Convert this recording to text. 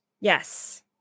yes